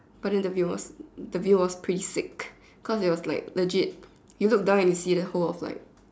but then the view was the view was pretty sick cause it was like legit you look down and you see the whole of like